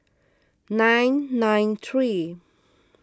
nine nine three